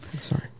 sorry